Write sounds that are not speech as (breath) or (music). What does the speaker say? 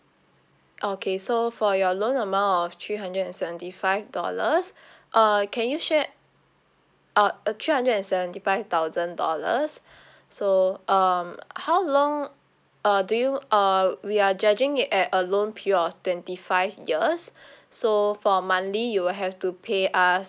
okay so for your loan amount of three hundred and seventy five dollars (breath) uh can you share uh a three hundred and seventy five thousand dollars (breath) so um how long uh do you uh we are judging it at a loan period of twenty five years (breath) so for monthly you will have to pay us